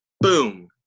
boom